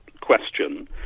question